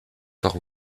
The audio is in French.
fort